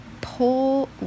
pull